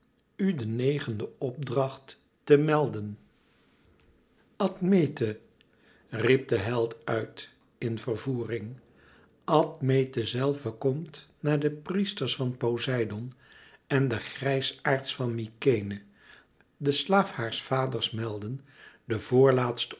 u den negenden opdracht te melden admete riep de held uit in vervoering admete zèlve komt na de priesters van poseidoon en de grijsaards van mykenæ den slaaf haars vaders melden den voorlaatsten